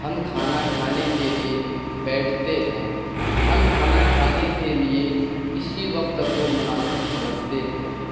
ہم کھانا کھانے کے لیے بیٹھتے ہیں ہم کھانا کھانے کے لیے اسی وقت کو مناسب سمجھتے ہیں